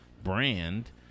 brand